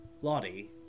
Lottie